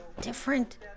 different